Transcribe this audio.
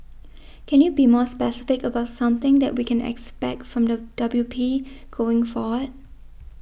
can you be more specific about something that we can expect from the W P going forward